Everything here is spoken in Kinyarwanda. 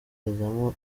mpamvu